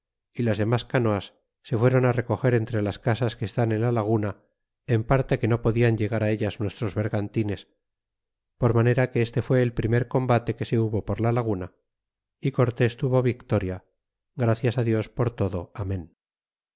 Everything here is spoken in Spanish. y las denlas canoas se fuéron recoger entre las casas que están en la laguna en parte que no podian llegar ellas nuestros bergantines por manera que este fué el primer combate que se hubo por la laguna é cortés tuvo victoria gracias dios por todo amen